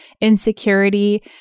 insecurity